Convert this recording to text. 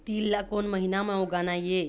तील ला कोन महीना म उगाना ये?